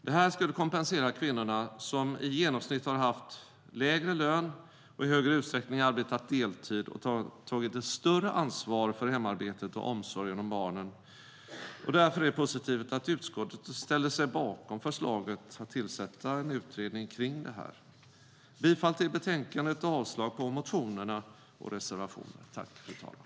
Det skulle kompensera kvinnorna, som i genomsnitt haft lägre lön och i högre grad arbetat deltid samt tagit ett större ansvar för hemarbetet och omsorgen om barnen. Därför är det positivt att utskottet ställer sig bakom förslaget att tillsätta en utredning om det.